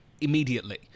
immediately